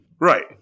right